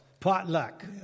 Potluck